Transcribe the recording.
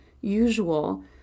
usual